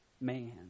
man